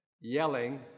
yelling